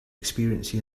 experience